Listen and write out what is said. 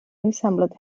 resembled